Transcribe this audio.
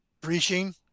breaching